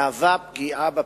מהווה פגיעה בפרטיות.